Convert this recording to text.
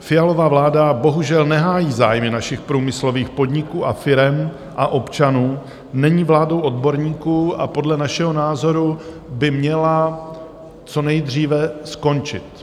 Fialova vláda bohužel nehájí zájmy našich průmyslových podniků, firem a občanů, není vládou odborníků a podle našeho názoru by měla co nejdříve skončit.